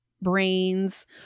brains